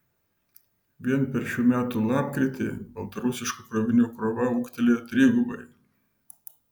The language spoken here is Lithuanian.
vien per šių metų lapkritį baltarusiškų krovinių krova ūgtelėjo trigubai